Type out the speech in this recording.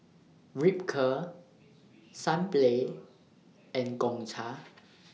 Ripcurl Sunplay and Gongcha